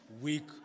week